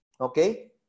okay